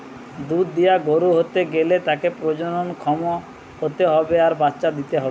দুধ দিয়া গরু হতে গ্যালে তাকে প্রজনন ক্ষম হতে হবে আর বাচ্চা দিতে হবে